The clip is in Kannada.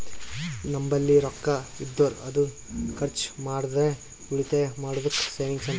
ನಂಬಲ್ಲಿ ರೊಕ್ಕಾ ಇದ್ದುರ್ ಅದು ಖರ್ಚ ಮಾಡ್ಲಾರ್ದೆ ಉಳಿತಾಯ್ ಮಾಡದ್ದುಕ್ ಸೇವಿಂಗ್ಸ್ ಅಂತಾರ